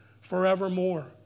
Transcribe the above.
forevermore